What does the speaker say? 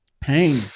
pain